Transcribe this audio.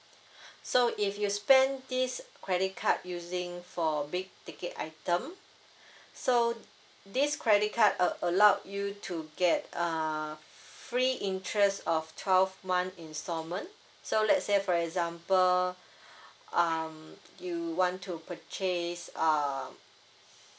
so if you spend this credit card using for big ticket item so this credit card uh allowed you to get uh free interest of twelve months installment so let's say for example um you want to purchase uh